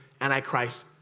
Antichrist